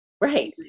right